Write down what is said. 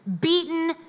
beaten